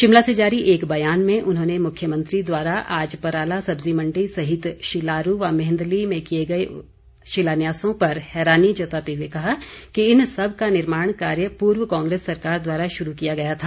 शिमला से जारी एक बयान में उन्होंने मुख्यमंत्री द्वारा आज पराला सब्जी मण्डी सहित शिलारू व मेंहदली में किए गए शिलान्यासों पर हैरानी जताते हुए कहा कि इन सब का निर्माण कार्य पूर्व कांग्रेस सरकार द्वारा शुरू किया गया था